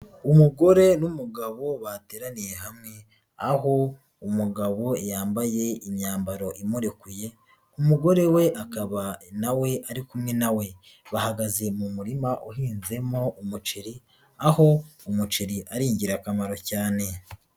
Umugore n'umugabo bateraniye hamwe, aho umugabo yambaye imyambaro imurekuye, umugore we akaba nawe ari kumwe na we. Bahagaze mu murima uhinzemo umuceri, aho umuceri ari ingirakamaro cyane.